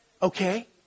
Okay